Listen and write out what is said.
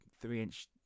three-inch